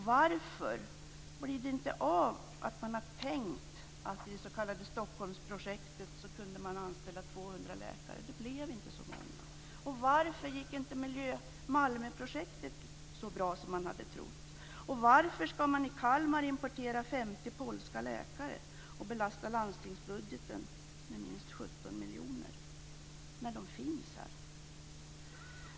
Varför blir inte det som man har tänkt i det s.k. Stockholmsprojektet av? Då skulle man kunna anställa 200 läkare. Nu blev det inte så många. Varför gick inte Malmöprojektet så bra som man hade trott? Och varför ska man i Kalmar importera 50 polska läkare och belasta landstingsbudgeten med minst 17 miljoner, när de finns här?